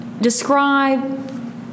describe